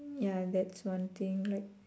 ya that's one thing like